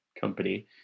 company